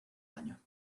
baño